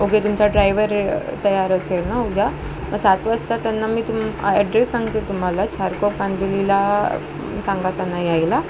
okay तुमचा driver तयार असेल ना उद्या मग सात वाजता त्यांना मी तुम्म ॲड्रेस सांगते तुम्हाला चारकॉफ कांदिवलीला सांगा त्यांना यायला